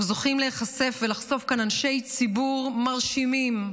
אנחנו זוכים להיחשף ולחשוף כאן אנשי ציבור מרשימים,